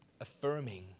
affirming